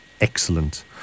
Excellent